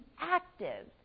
active